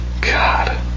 god